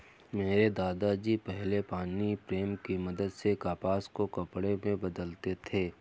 मेरे दादा जी पहले पानी प्रेम की मदद से कपास को कपड़े में बदलते थे